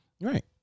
Right